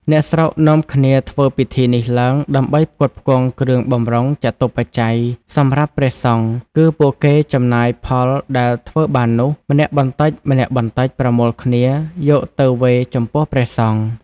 អ្នកស្រុកនាំគ្នាធ្វើពិធីនេះឡើងដើម្បីផ្គត់ផ្គង់គ្រឿងបម្រុងចតុប្បច្ច័យសម្រាប់ព្រះសង្ឃ គឺពួកគេចំណាយផលដែលធ្វើបាននោះ ម្នាក់បន្តិចៗប្រមូលគ្នាយកទៅវេរចំពោះព្រះសង្ឃុ។